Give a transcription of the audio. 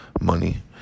money